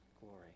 glory